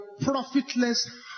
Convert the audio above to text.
profitless